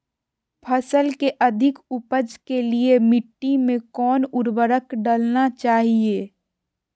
फसल के अधिक उपज के लिए मिट्टी मे कौन उर्वरक डलना चाइए?